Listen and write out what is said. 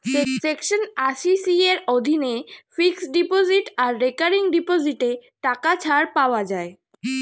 section আশি C এর অধীনে ফিক্সড ডিপোজিট আর রেকারিং ডিপোজিটে টাকা ছাড় পাওয়া যায়